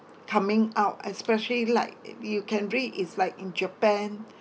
coming out especially like you can read is like in japan